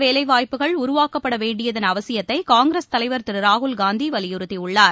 வேலைவாய்ப்புகள் உருவாக்கப்படவேண்டியதன் அவசியத்தைகாங்கிரஸ் கூடுதல் தலைவர் திருராகுல்காந்திவலியுறுத்தியுள்ளார்